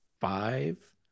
five